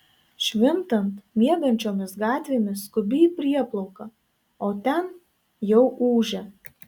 švintant miegančiomis gatvėmis skubi į prieplauką o ten jau ūžia